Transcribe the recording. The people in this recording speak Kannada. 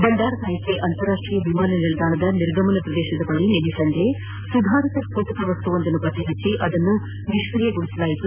ಬಂಡಾರನಾಯಿಕೆ ಅಂತರಾಷ್ಟೀಯ ವಿಮಾನ ನಿಲ್ದಾಣದ ನಿರ್ಗಮನ ಪ್ರದೇಶದ ಬಳಿ ನಿನ್ನೆ ಸಂಜೆ ಸುಧಾರಿತ ಸ್ಪೋಟಕ ವಸ್ತುವೊಂದನ್ನು ಪತ್ತೆ ಹಚ್ಚಿ ಅದನ್ನು ನಿಷ್ಟಿ ಯೆಗೊಳಿಸಲಾಗಿದೆ